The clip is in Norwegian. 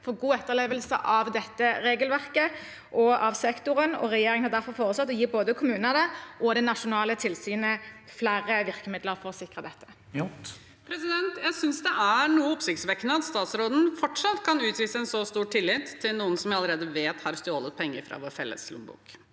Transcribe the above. for god etterlevelse av dette regelverket. Regjeringen har derfor foreslått å gi både kommunene og det nasjonale tilsynet flere virkemidler for å sikre dette. Hege Bae Nyholt (R) Jeg synes det er noe oppsiktsvekkende at statsråden fortsatt kan utvise en så stor tillit til noen som vi vet allerede har stjålet penger fra vår felles lommebok.